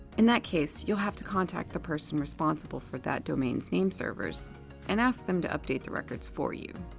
in that case you'll have to contact the person responsible for that domain's nameservers and ask them to update the records for you.